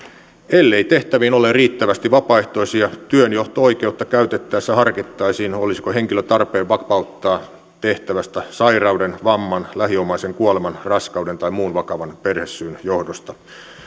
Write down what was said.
ellei tehtäviin ole riittävästi vapaaehtoisia työnjohto oikeutta käytettäessä harkittaisiin olisiko henkilö tarpeen vapauttaa tehtävästä sairauden vamman lähiomaisen kuoleman raskauden tai muun vakavan perhesyyn johdosta